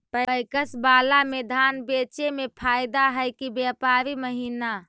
PACS बाला में धान बेचे मे फायदा है कि व्यापारी महिना?